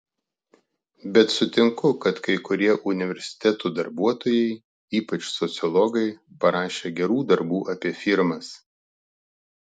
bet sutinku kad kai kurie universitetų darbuotojai ypač sociologai parašė gerų darbų apie firmas